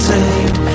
Saved